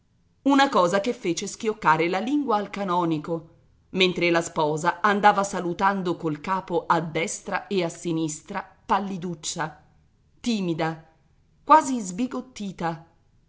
una cosa che fece schioccare la lingua al canonico mentre la sposa andava salutando col capo a destra e a sinistra palliduccia timida quasi sbigottita